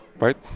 Right